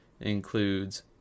includes